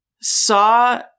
saw